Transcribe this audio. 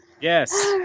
Yes